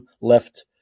left